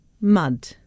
Mud